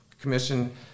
commission